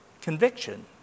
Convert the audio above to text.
conviction